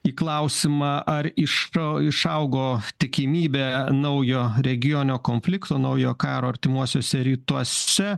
į klausimą ar iš to išaugo tikimybė naujo regioninio konflikto naujo karo artimuosiuose rytuose